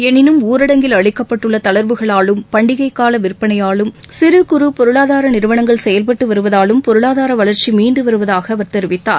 எனினும் ஊரடங்கில் அளிக்கப்பட்டுள்ள தளர்வுகளாலும் பண்டிகைக் கால விற்பனையாலும் சிறு குறு பொருளாதார நிறுவனங்கள் செயல்பட்டு வருவதாலும் பொருளாதார வளர்ச்சி மீண்டு வருவதாக அவர் தெரிவித்தார்